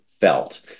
felt